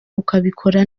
ukabikora